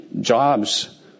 jobs